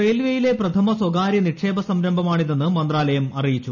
റെയിൽവേയിലെ പ്രഥമ സ്വകാരൃ നിക്ഷേപ സംരംഭമാണിതെന്ന് മന്ത്രാലയം അറിയിച്ചു